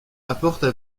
apportent